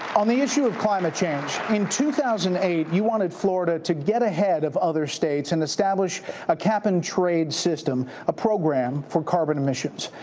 on the issue of climate change, in two thousand and eight, you wanted florida to get ahead of other states and establish a cap and-trade system, a program for carbon emissions,